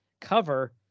cover